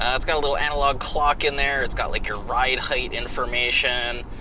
um it's got a little analog clock in there, it's got like your ride height information.